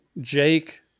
Jake